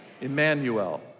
Emmanuel